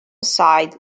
aside